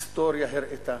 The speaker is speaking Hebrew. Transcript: ההיסטוריה הראתה